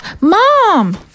Mom